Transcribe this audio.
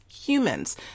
humans